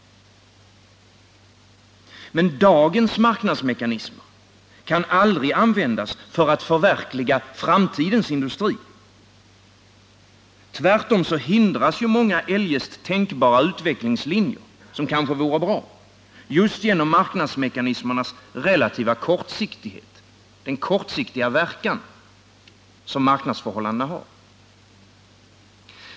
Men dagens marknadsmekanismer kan aldrig användas för att förverkliga framtidens industri. Tvärtom hindras många eljest tänkbara utvecklingslinjer, som kanske vore bra, just genom marknadsmekanismernas relativa kortsiktighet, den kortsiktiga verkan som marknadsförhållandena har.